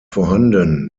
vorhanden